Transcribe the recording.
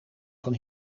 van